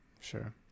sure